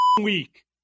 week